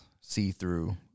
see-through